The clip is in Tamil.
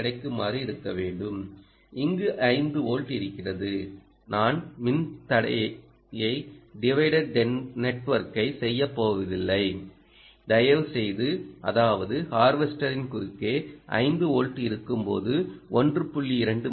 2 கிடைக்குமாறு இருக்க வேண்டும் இங்கு 5 வோல்ட் இருக்கிறது நான் மின்தடைய டிவைடர் னெட்வொர்க்கைச் செய்யப் போவதில்லை தயவுசெய்து அதாவது ஹார்வெஸ்ட்டரின் குறுக்கே 5 வோல்ட் இருக்கும்போது 1